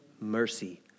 mercy